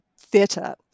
theatre